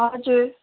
हजुर